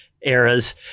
eras